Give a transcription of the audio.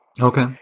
okay